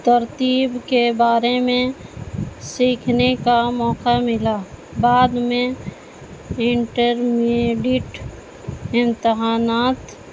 ترتیب کے بارے میں سیکھنے کا موقع ملا بعد میں انٹرمیڈٹ امتحانات